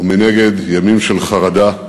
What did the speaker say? ומנגד, ימים של חרדה,